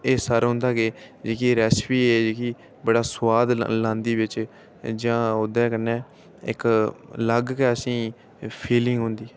एह् सारा उं'दा कि जेह्की रैसिपी ऐ जेह्की बड़ा सुआद लांदी बिच जां ओह्दे कन्नै इक अलग गै असें ई फीलिंग औंदी